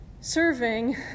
serving